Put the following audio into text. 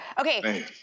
Okay